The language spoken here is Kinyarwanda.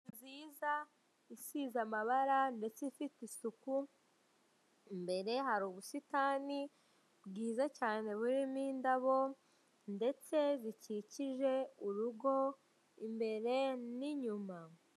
Inzu nziza isize amabara ndetse ifite isuku imbere hari ubusitani bwiza cyane burimo indabo ndetse zikikije urugo imbere n'inyuma.